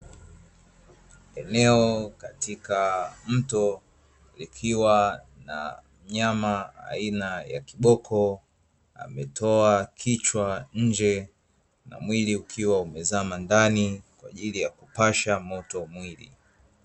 Eneo katika mto, likiwa na mnyama, aina ya kiboko, ametoa kichwa nje, na mwili ukiwa umezama ndani, kwa ajili ya kupasha moto mwili.